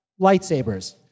lightsabers